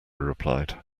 replied